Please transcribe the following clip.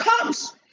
comes